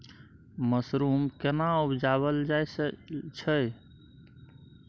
Mushroom केना उबजाबल जाय छै?